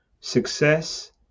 success